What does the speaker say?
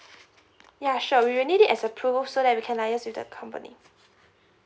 ya sure we will need it as a proof so that we can liaise with the company